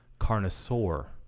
carnosaur